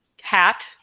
hat